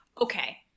Okay